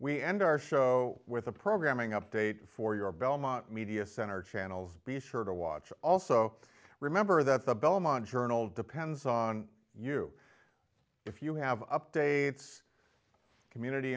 we end our show with a programming update for your belmont media center channel's be sure to watch also remember that the belmont journal depends on you if you have updates community